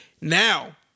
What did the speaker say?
Now